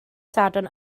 sadwrn